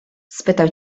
spytał